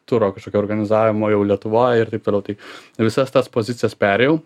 turo kažkokio organizavimo jau lietuvoj ir taip toliau tai visas tas pozicijas perėjau